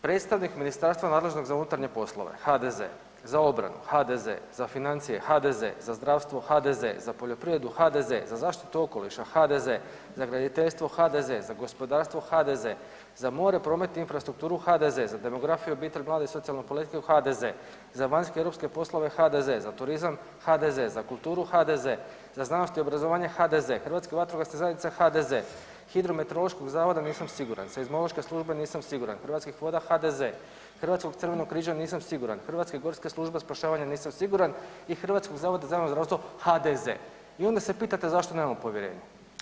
Predstavnik ministarstva nadležnog za unutarnje poslove HDZ-e, za obranu HDZ-e, za financije HDZ-e, za zdravstvo HDZ-e, za poljoprivredu HDZ-e, za zaštitu okoliša HDZ-e, za graditeljstvo HDZ-e, za gospodarstvo HDZ-e, za more, promet i infrastrukturu HDZ-e, za demografiju, obitelj, mlade i socijalnu politiku HDZ-e, za vanjske i europske poslove HDZ-e, za turizam HDZ-e, za kulturu HDZ-e, za znanost i obrazovanje HDZ-e, Hrvatska vatrogasna zajednica HDZ-e, Hidrometeorološkog zavoda nisam siguran, Seizmološke službe nisam siguran, Hrvatskih voda HDZ-e, Hrvatskog crvenog križa nisam siguran, Hrvatske gorske službe spašavanja nisam siguran i Hrvatskog zavoda za javno zdravstvo HDZ-e i onda se pitate zašto nemamo povjerenje.